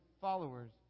followers